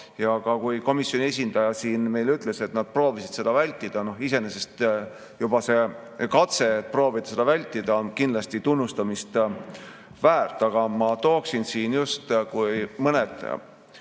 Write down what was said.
Ka komisjoni esindaja siin ütles meile, et nad proovisid seda vältida. No iseenesest juba katse proovida seda vältida on kindlasti tunnustamist väärt. Aga ma tooksin siin just mõned